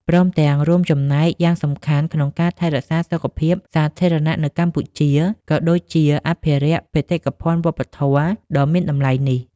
ព្រមទាំងរួមចំណែកយ៉ាងសំខាន់ក្នុងការថែរក្សាសុខភាពសាធារណៈនៅកម្ពុជា ក៏ដូចជាអភិរក្សបេតិកភណ្ឌវប្បធម៌ដ៏មានតម្លៃនេះ។